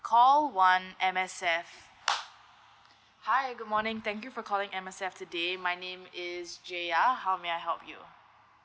call one M_S_F hi good morning thank you for calling M_S_F today my name is jeya how may I help you